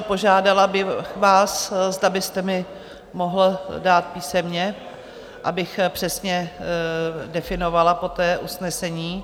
Požádala bych vás, zda byste mi to mohl dát písemně, abych poté přesně definovala usnesení.